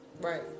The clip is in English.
Right